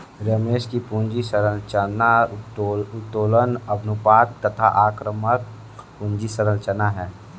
रमेश की पूंजी संरचना उत्तोलन अनुपात तथा आक्रामक पूंजी संरचना है